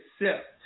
accept